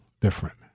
different